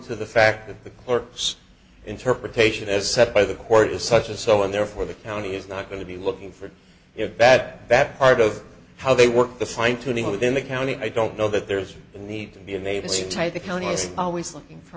to the fact that the corpse interpretation is set by the court is such a so and therefore the county is not going to be looking for it bad that part of how they work the fine tuning within the county i don't know that there's a need to be unable to tie the counties always looking for